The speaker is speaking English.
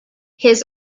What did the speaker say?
his